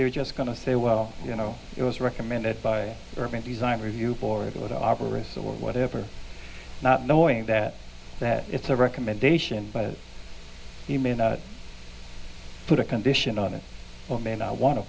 they're just going to say well you know it was recommended by urban design review board that arborists or whatever not knowing that that it's a recommendation but you may not put a condition on it or may not want to